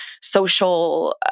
social